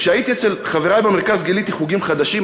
וכשהייתי אצל חברי במרכז גיליתי חוגים חדשים,